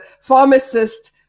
pharmacist